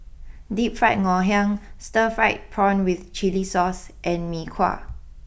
deep Fried Ngoh Hiang Stir Fried Prawn with Chili Sauce and Mee Kuah